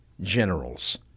generals